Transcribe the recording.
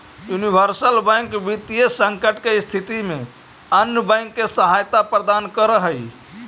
universal bank वित्तीय संकट के स्थिति में अन्य बैंक के सहायता प्रदान करऽ हइ